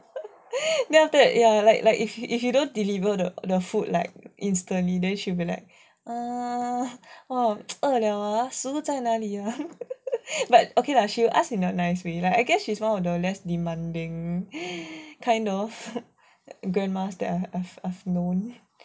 then after that ya like like if you if you don't deliver the food like instantly then she'll be like err 饿: e liao ah 食物在哪里 but okay lah she will ask in a nice way I guess she's one of the less demanding kind of grandmas that I've known